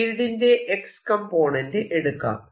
ഫീൽഡിന്റെ X component എടുക്കാം